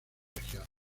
regiones